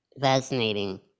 fascinating